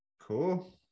cool